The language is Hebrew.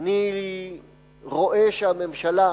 אני רואה שהממשלה,